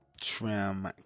trim